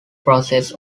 process